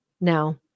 Now